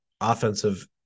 offensive